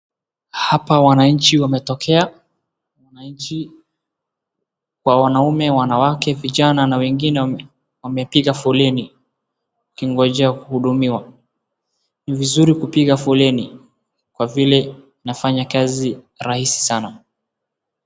Hapa wananchi wametokea, wananchi wa wanaume wanawake vijana na wengine wamepiga foleni wakingojea kuhudumiwa. Ni vizuri kupiga foleni kwa vile inafanya kazi rahisi sana.